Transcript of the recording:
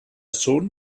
sohn